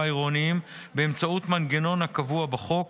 העירוניים באמצעות מנגנון הקבוע בחוק,